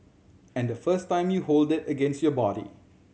and the first time you hold it against your body